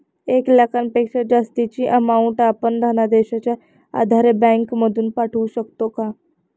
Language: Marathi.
एक लाखापेक्षा जास्तची अमाउंट आपण धनादेशच्या आधारे बँक मधून पाठवू शकतो का?